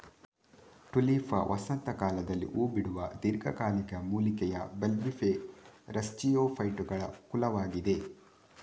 Tulipa ವಸಂತ ಕಾಲದಲ್ಲಿ ಹೂ ಬಿಡುವ ದೀರ್ಘಕಾಲಿಕ ಮೂಲಿಕೆಯ ಬಲ್ಬಿಫೆರಸ್ಜಿಯೋಫೈಟುಗಳ ಕುಲವಾಗಿದೆ